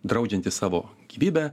draudžiantis savo gyvybę